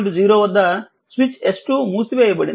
t0 వద్ద switch S2 మూసివేయబడింది